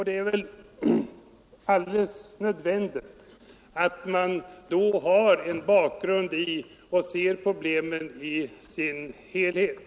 Det är väl alldeles nödvändigt att man då har en bakgrund och ser problemen i deras helhet.